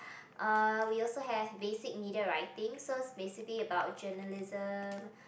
uh we also have basic media writing so is basically about journalism